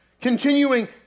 continuing